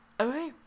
Okay